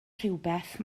rhywbeth